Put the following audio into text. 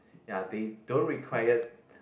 ya they don't required